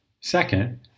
second